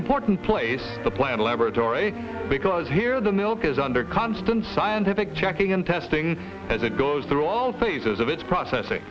important place the plant laboratory because here the milk is under constant scientific checking and testing as it goes through all phases of its process